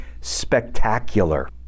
spectacular